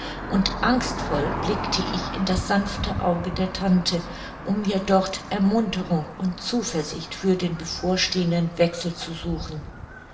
und angstvoll blickte ich in das sanfte auge der tante um mir dort ermunterung und zuversicht für den bevorstehenden wechsel zu suchen